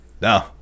No